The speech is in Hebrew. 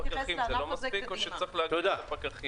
16 פקחים זה לא מספיק, או שצריך עוד פקחים?